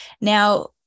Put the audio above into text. Now